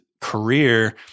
career